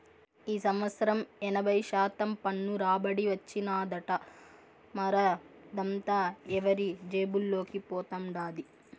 ఈ సంవత్సరం ఎనభై శాతం పన్ను రాబడి వచ్చినాదట, మరదంతా ఎవరి జేబుల్లోకి పోతండాది